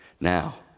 Now